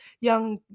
young